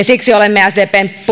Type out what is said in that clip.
siksi olemme sdpn